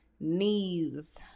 knees